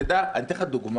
תדע, אני אתן לך דוגמה.